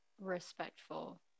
respectful